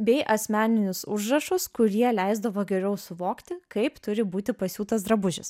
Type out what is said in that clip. bei asmeninius užrašus kurie leisdavo geriau suvokti kaip turi būti pasiūtas drabužis